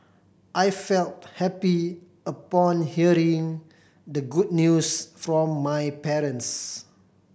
I felt happy upon hearing the good news from my parents